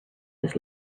his